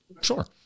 Sure